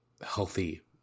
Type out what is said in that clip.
healthy